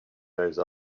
those